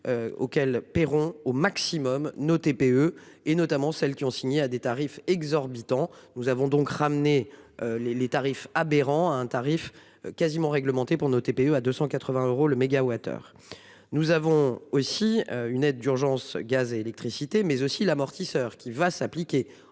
Auquel paieront au maximum nos TPE et notamment celles qui ont signé, à des tarifs exorbitants. Nous avons donc ramener. Les les tarifs aberrants à un tarif quasiment réglementé pour nos TPE à 280 euros le mégawattheure. Nous avons aussi une aide d'urgence Gaz et électricité mais aussi l'amortisseur qui va s'appliquer